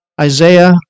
Isaiah